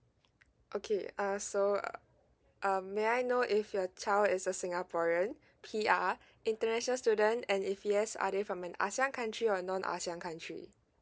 okay uh so um may I know if your child is a singaporean P_R international student and if yes are they from an asean country or non asean country